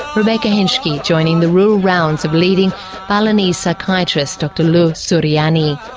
rebecca henschke joining the rural rounds of leading balinese psychiatrist dr luh suryanidr